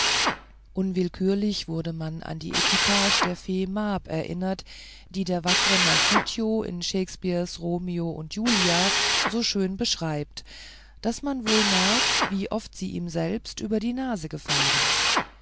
unwillkürlich wurde man an die equipage der fee mab erinnert die der wackre merkutio in shakespeares romeo und julie so schön beschreibt daß man wohl merkt wie oft sie ihm selbst über die nase gefahren